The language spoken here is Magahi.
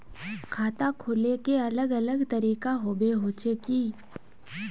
खाता खोले के अलग अलग तरीका होबे होचे की?